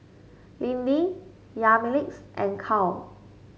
Lindy Yamilex and Karl